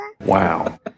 wow